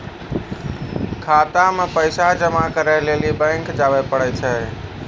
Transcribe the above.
खाता मे पैसा जमा करै लेली बैंक जावै परै छै